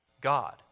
God